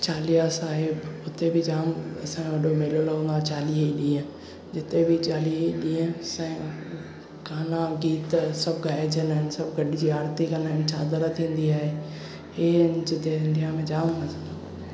चालीहा साहिबु हुते बि जाम असांजो वॾो मेलो लॻंदो आहे चालीह ई ॾींहं जिथे बि चालीह ॾींहं असांजो गाना गीत सभु ॻाइजंदा आहिनि सभु गॾजी आरती कंदा आहिनि चादर थींदी आहे हे हिन जिते इंडिया में जाम मज़े